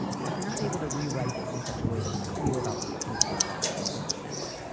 and if you're not able to rewrite this in such a way that's clear about what you think you did wrong, don't send it.